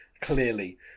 clearly